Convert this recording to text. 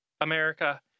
America